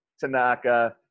Tanaka